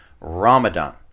Ramadan